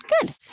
Good